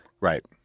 Right